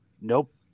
nope